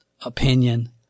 opinion